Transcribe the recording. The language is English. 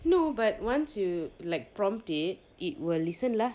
no but once you like prompted it will listen lah